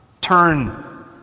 turn